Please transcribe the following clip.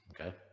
Okay